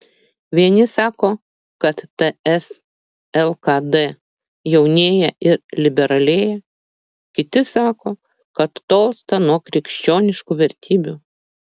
vieni sako kad ts lkd jaunėja ir liberalėja kiti sako kad tolsta nuo krikščioniškų vertybių